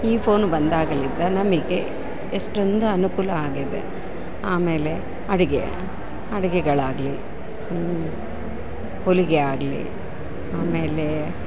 ಈ ಫೋನು ಬಂದಾಗಲಿಂದ ನಮಗೆ ಎಷ್ಟೊಂದು ಅನುಕೂಲ ಆಗಿದೆ ಆಮೇಲೆ ಅಡಿಗೆ ಅಡಿಗೆಗಳಾಗಲಿ ಹೊಲಿಗೆ ಆಗಲಿ ಆಮೇಲೆ